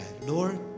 Lord